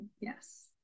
Yes